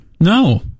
No